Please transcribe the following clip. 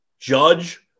Judge